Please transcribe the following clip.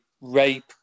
rape